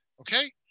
Okay